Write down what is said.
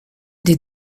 des